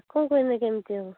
ଆପଣ କହିଲେ କେମତି ହେବ